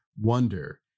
wonder